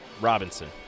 Robinson